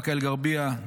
באקה אל-גרבייה,